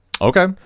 Okay